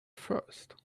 first